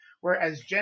whereas